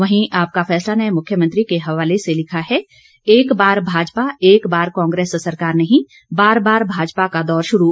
वहीं आपका फैसला ने मुख्यमंत्री के हवाले से लिखा है एक बार भाजपा एक बार कांग्रेस सरकार नहीं बार बार भाजपा का दौर शुरू